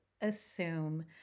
assume